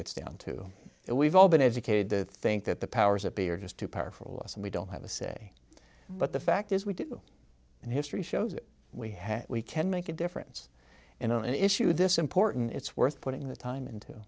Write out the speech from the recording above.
gets down to it we've all been educated to think that the powers that be are just too powerful us and we don't have a say but the fact is we do and history shows that we have we can make a difference in an issue this important it's worth putting the time